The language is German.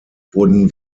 wurden